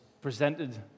presented